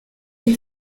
que